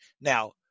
Now